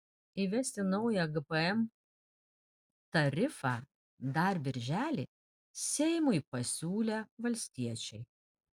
įvesti naują gpm tarifą dar birželį seimui pasiūlė valstiečiai